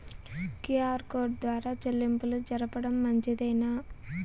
QR code ద్వారా చెల్లింపులు జరపడం మంచిదేనా?